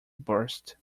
burst